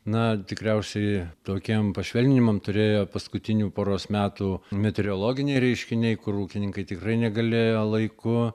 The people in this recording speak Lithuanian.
na tikriausiai tokiem pašvelninimam turėjo paskutinių poros metų meteorologiniai reiškiniai kur ūkininkai tikrai negalėjo laiku